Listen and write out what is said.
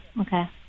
Okay